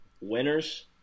winners